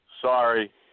sorry